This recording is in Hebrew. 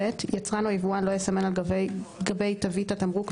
(ב)יצרן או יבואן לא יסמן על גבי תווית התמרוק,